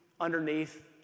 underneath